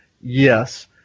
yes